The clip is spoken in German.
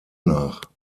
nach